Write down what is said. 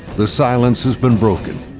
the silence has been broken.